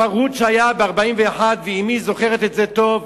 את ה"פרהוד", שהיה ב-1941, ואמי זוכרת את זה טוב,